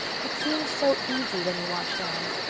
it seemed so easy when you watched anne.